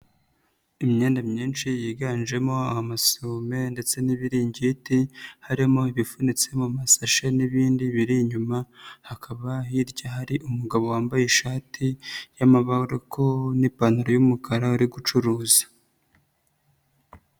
Imyenda myinshi yiganjemo amasume ndetse n'ibiringiti, harimo ibipfunitse mu masashe n'ibindi biri inyuma, hakaba hirya hari umugabo wambaye ishati y'amabaroko n'ipantaro y'umukara uri gucuruza.